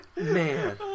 Man